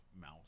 mouse